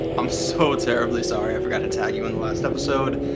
i'm so terribly sorry i forgot to tag you on the last episode.